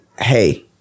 Hey